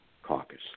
caucus